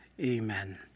Amen